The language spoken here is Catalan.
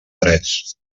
drets